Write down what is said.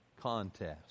contest